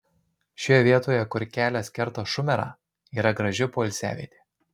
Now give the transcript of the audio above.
šioje vietoje kur kelias kerta šumerą yra graži poilsiavietė